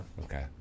Okay